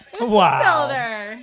Wow